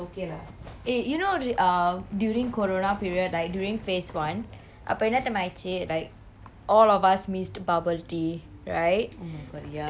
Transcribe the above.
eh you know err during corona period like during phase one அப்ப என்னா தெரியுமா ஆச்சி:appe enna theriyuma aachi like all of us missed bubble tea right